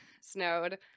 snowed